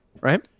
Right